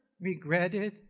regretted